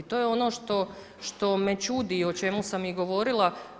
I to je ono što me čudi i o čemu sam i govorila.